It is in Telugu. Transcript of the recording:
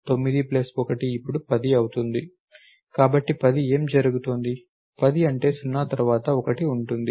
9 ప్లస్ 1 ఇప్పుడు ఇది 10 అవుతుంది కాబట్టి 10 ఏమి జరుగుతోంది 10 అంటే 0 తర్వాత 1 ఉంటుంది